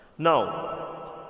now